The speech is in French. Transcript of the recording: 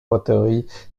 poteries